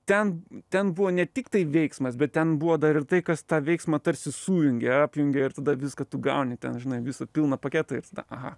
ten ten buvo ne tiktai veiksmas bet ten buvo dar ir tai kas tą veiksmą tarsi sujungia apjungia ir tada viską tu gauni ten žinai visą pilną paketą ir tada aha